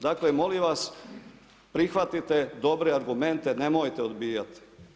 Dakle, molim vas prihvatite dobre argumente i nemojte odbijati.